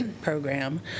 program